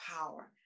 power